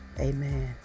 Amen